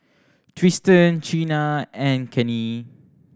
Tristen Chynna and Cannie